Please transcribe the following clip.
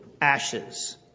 ashes